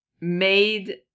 made